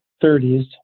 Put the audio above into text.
thirties